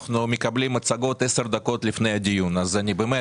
אנחנו מקבלים מצגות עשר דקות לפני הדיון עצמו.